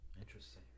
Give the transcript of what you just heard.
interesting